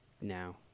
now